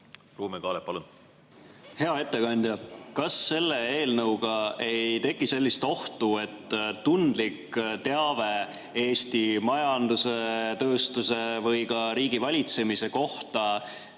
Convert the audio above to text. Ruuben Kaalep, palun! Hea ettekandja! Kas selle eelnõuga ei teki sellist ohtu, et tundlik teave Eesti majanduse, tööstuse või ka riigivalitsemise kohta